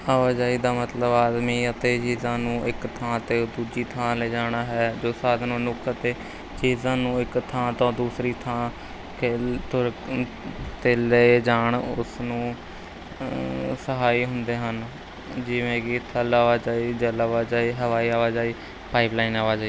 ਆਵਾਜਾਈ ਦਾ ਮਤਲਬ ਆਦਮੀ ਅਤੇ ਜੀ ਸਾਨੂੰ ਇੱਕ ਥਾਂ ਤੋਂ ਦੂਜੀ ਥਾਂ ਲਿਜਾਣਾ ਹੈ ਜੋ ਸਾਧਨ ਮਨੁੱਖ ਅਤੇ ਚੀਜ਼ਾਂ ਨੂੰ ਇੱਕ ਥਾਂ ਤੋਂ ਦੂਸਰੀ ਥਾਂ ਕੇ ਤੁਰ 'ਤੇ ਲੈ ਜਾਣ ਉਸਨੂੰ ਸਹਾਈ ਹੁੰਦੇ ਹਨ ਜਿਵੇਂ ਕਿ ਥਲ ਆਵਾਜਾਈ ਜਲ ਆਵਾਜਾਈ ਹਵਾਈ ਆਵਾਜਾਈ ਪਾਈਪਲਾਈਨ ਆਵਾਜਾਈ